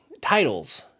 titles